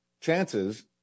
chances